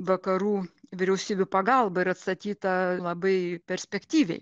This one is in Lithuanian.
vakarų vyriausybių pagalba ir atstatyta labai perspektyviai